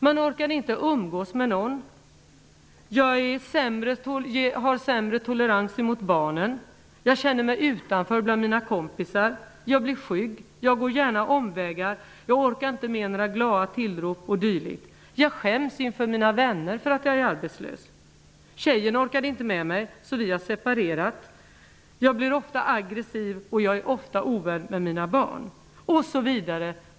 Jag orkar inte umgås med någon. Jag har sämre tolerans emot barnen. Jag känner mig utanför bland mina kompisar. Jag blir skygg. Jag går gärna omvägar. Jag orkar inte med några glada tillrop eller dylikt. Jag skäms inför mina vänner för att jag är arbetslös. Tjejen orkade inte med mig, så vi har separerat. Jag blir ofta aggressiv, och jag är ofta ovän med mina barn osv.